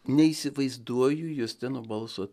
neįsivaizduoju justino balso